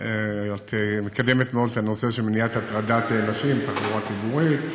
את מקדמת מאוד את הנושא של מניעת הטרדת נשים בתחבורה הציבורית,